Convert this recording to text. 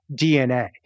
DNA